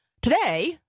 Today